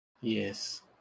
Yes